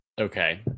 Okay